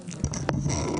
בבקשה.